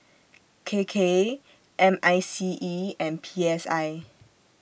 K K M I C E and P S I